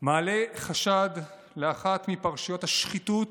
מעלה חשד לאחת מפרשיות השחיתות